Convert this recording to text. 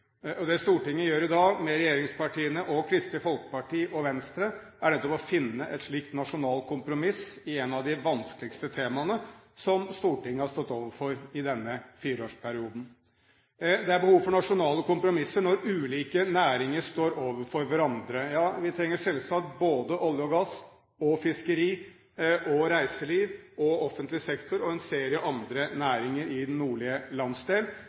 meninger. Det Stortinget gjør i dag, med regjeringspartiene, Kristelig Folkeparti og Venstre, er nettopp å finne et slikt nasjonalt kompromiss i et av de vanskeligste temaene Stortinget har stått overfor i denne fireårsperioden. Det er behov for nasjonale kompromisser når ulike næringer står overfor hverandre. Ja, vi trenger selvsagt både olje, gass, fiskeri, reiseliv, offentlig sektor og en serie andre næringer i den nordlige landsdel.